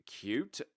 cute